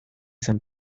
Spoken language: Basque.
zen